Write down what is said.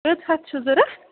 کٔژ ہتھ چھُو ضوٚرَتھ